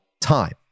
time